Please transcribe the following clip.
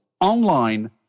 online